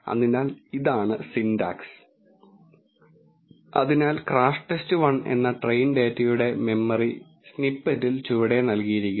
അതിനാൽ ഇതാണ് സിന്റാക്സ് അതിനാൽ ക്രാഷ്ടെസ്റ്റ് 1 എന്ന ട്രെയിൻ ഡാറ്റയുടെ സമ്മറി സ്നിപ്പെറ്റിൽ ചുവടെ നൽകിയിരിക്കുന്നു